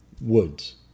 woods